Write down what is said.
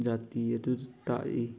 ꯖꯥꯇꯤ ꯑꯗꯨꯗ ꯇꯥꯛꯏ